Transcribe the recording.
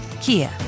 Kia